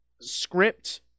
script